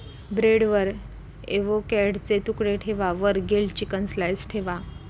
ब्रेडवर एवोकॅडोचे तुकडे ठेवा वर ग्रील्ड चिकन स्लाइस ठेवा